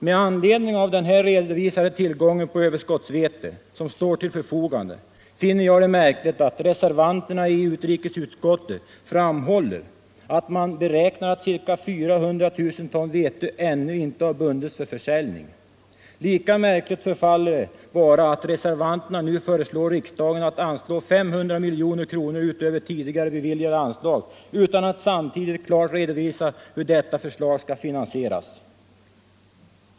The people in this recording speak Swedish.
Med anledning av den redovisade tillgången på överskottsvete, som står till förfogande, finner jag det märkligt att reservanterna i utrikesutskottet framhåller, att man beräknar att ca 400 000 ton vete ännu inte har bundits för försäljning. Lika märkligt förefaller det vara att reservanterna nu föreslår riksdagen att anslå 500 miljoner kronor utöver tidigare beviljade anslag utan att samtidigt klart redovisa hur detta förslag skall finansieras.